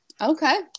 okay